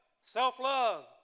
Self-love